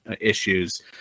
issues